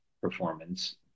performance